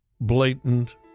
blatant